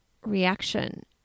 reaction